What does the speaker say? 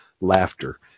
laughter